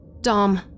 Dom